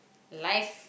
life